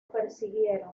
persiguieron